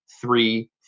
three